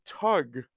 tug